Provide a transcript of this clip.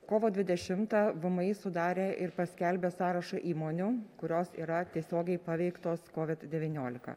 kovo dvidešimtą vmi sudarė ir paskelbė sąrašą įmonių kurios yra tiesiogiai paveiktos covid devyniolika